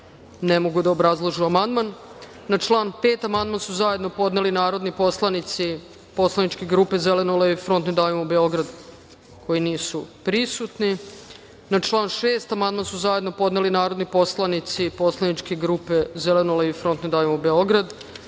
ne mogu da obrazlože amandman. Na član 5. amandman su zajedno podneli narodni poslanici poslaničke grupe Zeleno-levi front – Ne davimo Beograd, koji nisu prisutni. Na član 6. amandman su zajedno podneli narodni poslanici poslaničke grupe Zeleno-levi front – Ne davimo Beograd. Idemo